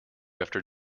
after